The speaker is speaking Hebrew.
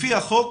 לפי החוק,